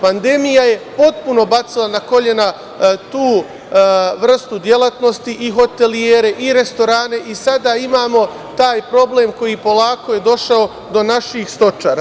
Pandemija je potpuno bacila na kolena tu vrstu delatnosti i hotelijere i restorane i sad imamo taj problem koji je polako došao i do naših stočara.